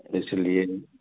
इसलिए